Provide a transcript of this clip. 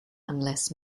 unless